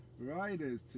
Riders